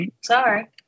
Sorry